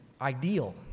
ideal